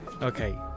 Okay